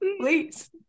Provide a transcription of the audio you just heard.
please